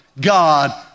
God